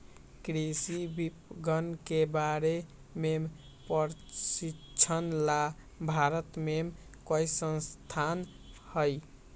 कृषि विपणन के बारे में प्रशिक्षण ला भारत में कई संस्थान हई